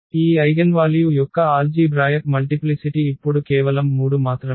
ఈ ఐగెన్వాల్యూ యొక్క algebraic multiplicity ఇప్పుడు కేవలం 3 మాత్రమే